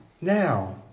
now